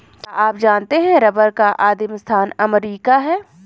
क्या आप जानते है रबर का आदिमस्थान अमरीका है?